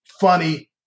funny